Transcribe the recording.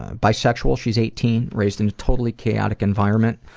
ah bi-sexual, she's eighteen, raised in a totally chaotic environment.